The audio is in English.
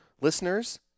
listeners